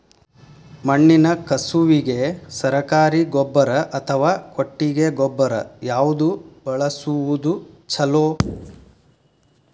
ಮಣ್ಣಿನ ಕಸುವಿಗೆ ಸರಕಾರಿ ಗೊಬ್ಬರ ಅಥವಾ ಕೊಟ್ಟಿಗೆ ಗೊಬ್ಬರ ಯಾವ್ದು ಬಳಸುವುದು ಛಲೋ?